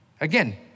Again